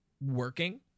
working